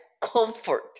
comfort